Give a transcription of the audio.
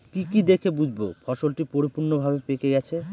কি কি দেখে বুঝব ফসলটি পরিপূর্ণভাবে পেকে গেছে?